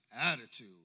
attitude